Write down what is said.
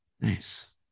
Nice